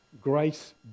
grace